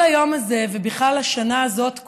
כל היום הזה, ובכלל השנה הזאת כולה,